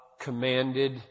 commanded